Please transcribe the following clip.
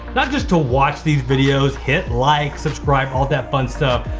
not just to watch these videos, hit like subscribe, all that fun stuff,